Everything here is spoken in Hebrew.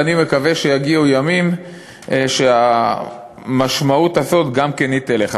ואני מקווה שיגיעו ימים שהמשמעות הזאת גם היא תלך.